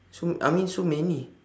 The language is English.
so I mean so many